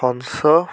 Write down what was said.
ହଂସ